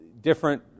different